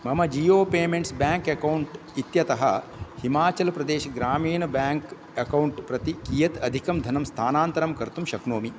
मम Jio payments bank account इत्यतः Himachal Pradesh Gramin bank account प्रति कियत् अधिकं धनं स्थानान्तरं कर्तुं शक्नोमि